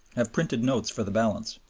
have printed notes for the balance.